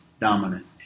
dominant